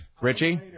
Richie